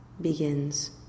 begins